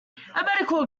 medical